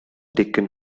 taken